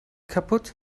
kaputt